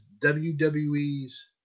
WWE's